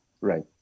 Right